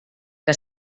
que